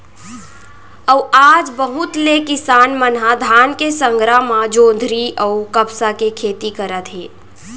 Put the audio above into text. अउ आज बहुत ले किसान मन ह धान के संघरा म जोंधरी अउ कपसा के खेती करत हे